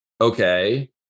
okay